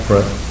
Right